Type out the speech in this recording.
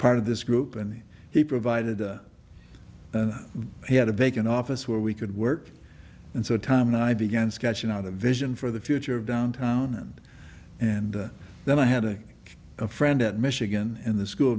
part of this group and he provided he had a vacant office where we could work and so tom and i began sketching out a vision for the future of downtown and and then i had a a friend at michigan in the school